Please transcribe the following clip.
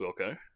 Wilco